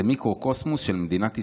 זה מיקרוקוסמוס של מדינת ישראל,